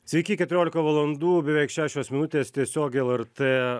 sveiki keturiolika valandų beveik šešios minutės tiesiogiai lrt